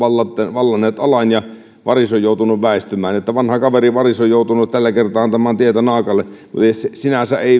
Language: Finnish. vallanneet alan ja varis on joutunut väistymään vanha kaveri varis on joutunut tällä kertaa antamaan tietä naakalle se ei sinänsä